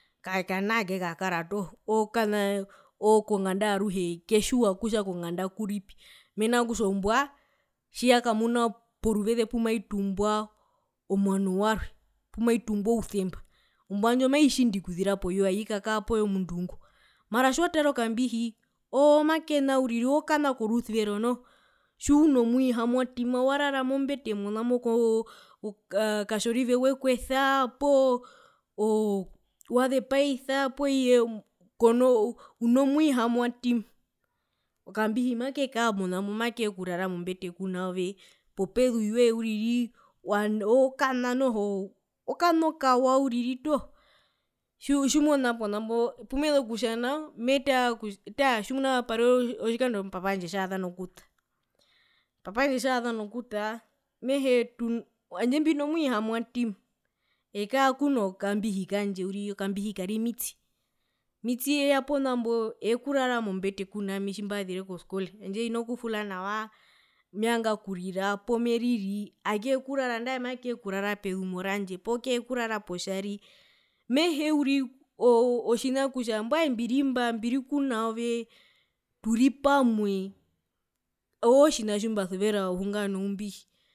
Oo kana kekara toho mena kutja ketjiwa kutjavi oo konganda kupi mena rokutja ombwa puyakamuna okutumbwa omwano warwe pumaitumbwa ousemba ombwa ndjo mai tjindi okuza poyoye aikakaa poyomundu ngo mara tjiwatara okambihi oko makena uriri owo okana korusuvero noho tjiuno mwihamwatima warara mombete monamo katjorive wekwesa poo wazepaisa poo iye konoo uno mwihamwatima okambihi makekaa monamo makekurara mombete kunaove popezu yoye uriri oo okana noho okana okawa uriri toho tjiu tjimona pona mbo tjimezu kutjanao metaa kutja taa tjimuna pari otjikando tate wandje tjaza nokuta papa wandje tjaza nokuta tjandje tuno tjandje mbino mwihamwatima okaa kuno kambihi kandje uriri okambihi kari mitsi, mitsi eeya ponambo eekurara mombete kunaami tjimbazire koskole handje hina kufula nawa meyanga okurira poo meriri akekurara andae makekurara pezumo randje poo kekurara potjari mehee uriri o otjina kutja mbwae mbiri mba mbiri kunaove turi pamwe oove otjina tjimbasuvera ohunga noumbihi.